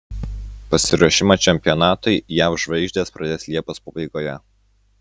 pasiruošimą čempionatui jav žvaigždės pradės liepos pabaigoje